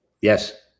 Yes